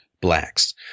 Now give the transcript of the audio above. blacks